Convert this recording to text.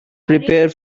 prepare